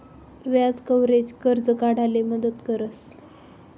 व्याज कव्हरेज, कर्ज काढाले मदत करस